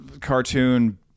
cartoon